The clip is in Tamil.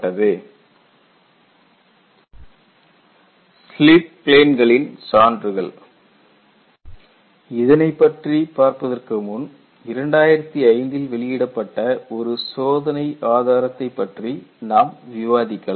Evidence of slip planes slip பிளேன்களின் சான்றுகள் இதனைப்பற்றி பார்ப்பதற்கு முன் 2005 இல் வெளியிடப்பட்ட ஒரு சோதனை ஆதாரத்தை பற்றி நாம் விவாதிக்கலாம்